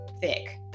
thick